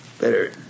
Better